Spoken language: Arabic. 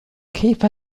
كيف